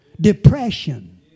Depression